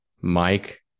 Mike